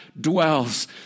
dwells